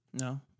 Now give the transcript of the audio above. No